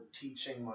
teaching